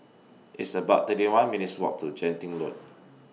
It's about thirty one minutes' Walk to Genting Road